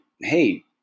hey